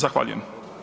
Zahvaljujem.